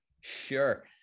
Sure